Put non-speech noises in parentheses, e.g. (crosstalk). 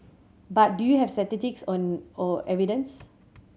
but do you have statistics (unintelligible) or evidence